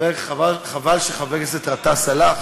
חבל שחבר הכנסת גטאס הלך